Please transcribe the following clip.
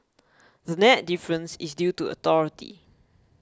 the net difference is due to authority